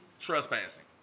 trespassing